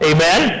Amen